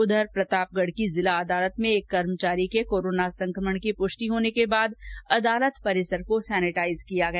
उधर प्रतापगढ की जिला अदालत में एक कर्मचारी के कोरोना संकमण की प्रष्टि होने के बाद अदालत परिसर को सैनेटाइज किया गया